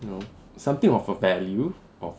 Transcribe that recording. you know something of a value of